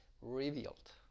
revealed